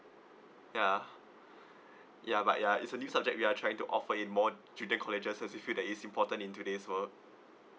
ya ya but ya it's only subject we are trying to offer it more junior colleges as you feel that it's important in today's world